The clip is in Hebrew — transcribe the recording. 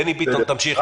בני ביטון, תמשיך.